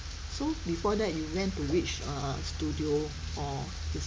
so before that you went to which err studio or it's